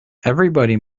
everybody